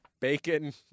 bacon